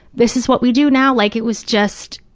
this is what we do now? like, it was just,